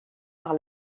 par